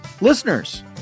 Listeners